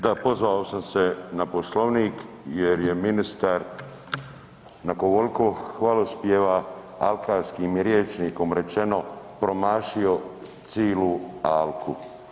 Da, pozvao sam se na Poslovnik jer je ministar nakon ovoliko hvalospjeva, alkarskim rječnikom rečeno, promašio cilu alku.